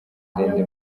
ndende